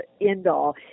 end-all